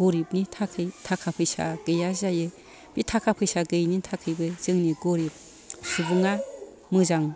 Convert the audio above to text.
गोरिबनि थाखाय थाखा फैसा गैया जायो बे थाखा फैसा गैयैनि थाखायबो जोंनि गोरिब सुबुङा मोजां